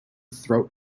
throat